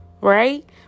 right